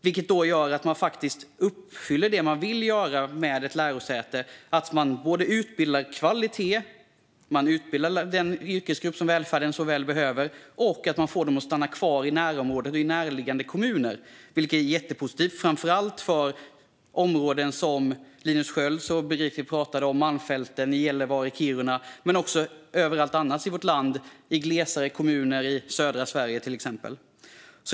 Detta gör att man uppfyller det man vill med ett lärosäte: Man både utbildar den yrkesgrupp som välfärden så väl behöver med hög kvalitet, och man får dem som har utbildats att stanna kvar i närområdet och i närliggande kommuner. Detta är jättepositivt, framför allt för områden som det som Linus Sköld pratade om - Malmfälten, Gällivare och Kiruna - men också för alla andra delar av vårt land, till exempel mer glesbefolkade kommuner i södra Sverige.